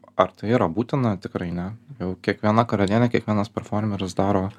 ar tai yra būtina tikrai ne jau kiekviena karalienė kiekvienas performeris daro